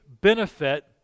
benefit